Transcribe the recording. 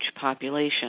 population